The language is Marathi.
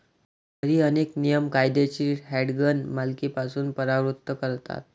घरी, अनेक नियम कायदेशीर हँडगन मालकीपासून परावृत्त करतात